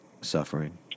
suffering